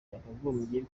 byakagombye